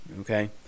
okay